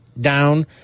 down